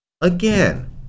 Again